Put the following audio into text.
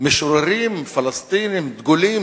משוררים פלסטינים דגולים,